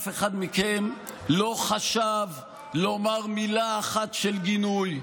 ואף אחד מכם לא חשב לומר מילה אחת של גינוי,